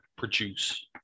produce